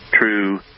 true